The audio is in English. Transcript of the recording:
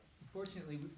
unfortunately